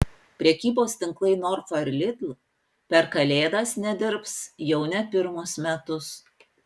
prekybos tinklai norfa ir lidl per kalėdas nedirbs jau ne pirmus metus